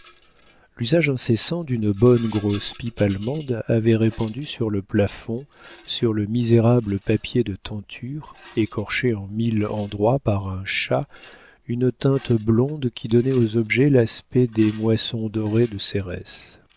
l'usage incessant d'une bonne grosse pipe allemande avait répandu sur le plafond sur le misérable papier de tenture écorché en mille endroits par un chat une teinte blonde qui donnait aux objets l'aspect des moissons dorées de cérès